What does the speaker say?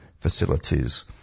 facilities